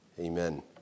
Amen